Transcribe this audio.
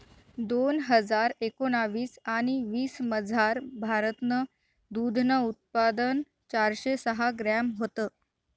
दोन हजार एकोणाविस आणि वीसमझार, भारतनं दूधनं उत्पादन चारशे सहा ग्रॅम व्हतं